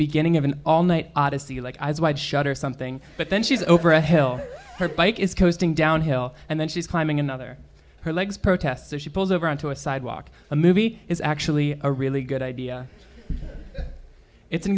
beginning of an all night odyssey like eyes wide shut or something but then she's over a hill her bike is coasting down hill and then she's climbing another her legs protester she pulls over onto a sidewalk a movie is actually a really good idea it's an